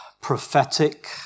prophetic